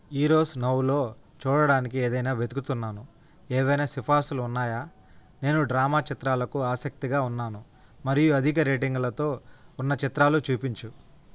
Eros నౌలో చూడడానికి ఏదైనా వెతుకుతున్నాను ఏవైనా సిఫార్సులు ఉన్నాయా నేను డ్రామా చిత్రాలకు అసక్తిగా ఉన్నాను మరియు అధిక రేటింగ్లతో ఉన్న చిత్రాలు చూపించు